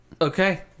Okay